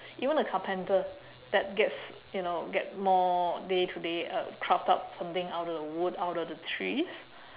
even a carpenter that gets you know get more day to day uh craft out something out of the wood out of the trees